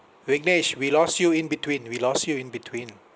vickdesh we lost you in between we lost you in between